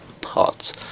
parts